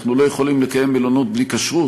אנחנו לא יכולים לקיים מלונות בלי כשרות,